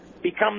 become